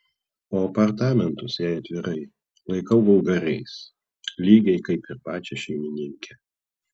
o apartamentus jei atvirai laikau vulgariais lygiai kaip ir pačią šeimininkę